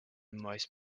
most